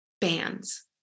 bands